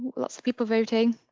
lots of people voting.